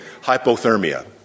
hypothermia